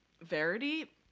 Verity